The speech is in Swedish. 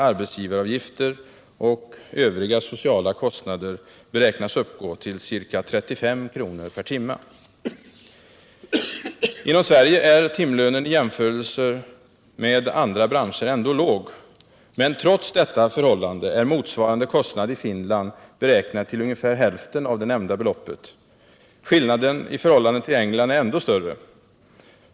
arbetsgivaravgifter och övriga sociala kostnader beräknas uppgå till ca 35 kr. per timme. Inom Sverige är timlönen i jämförelse med andra branscher ändå låg, men trots detta förhållande är motsvarande kostnad i Finland beräknad till ungefär hälften av det nämnda beloppet. Skillnaden i förhållande till England är ändå större.